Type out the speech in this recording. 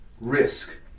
risk